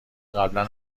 قبلا